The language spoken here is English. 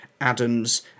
Adams